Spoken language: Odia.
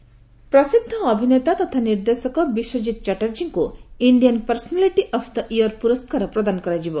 ବିଶ୍ୱଜିତ୍ ଚାଟାର୍ଜୀ ପ୍ରସିଦ୍ଧ ଅଭିନେତା ତଥା ନିର୍ଦ୍ଦେଶକ ବିଶ୍ୱକିତ୍ ଚାଟାର୍ଜୀଙ୍କ Indian personality of the year ପୁରସ୍କାର ପ୍ରଦାନ କରାଯିବ